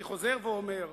אני חוזר ואומר: